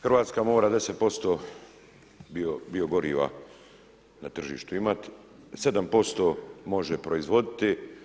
Hrvatska mora 10% biogoriva na tržištu imati, 7% može proizvoditi.